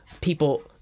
people